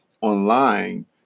online